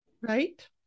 Right